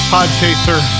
Podchaser